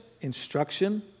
instruction